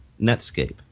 Netscape